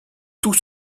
tout